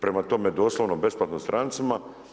Prema tome, doslovno besplatno strancima.